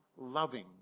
loving